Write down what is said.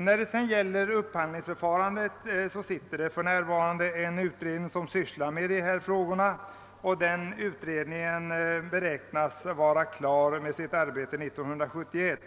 När det gäller upphandlingsförfarandet är det så att en utredning för närvarande arbetar med den frågan, och utredningen beräknas vara färdig med sitt arbete 1971.